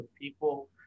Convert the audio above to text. people